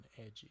edgy